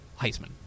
Heisman